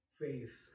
faith